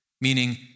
meaning